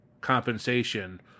compensation